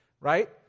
right